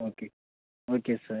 okay okay sir